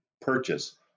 purchase